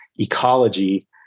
Ecology